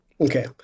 Okay